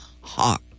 heart